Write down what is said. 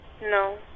No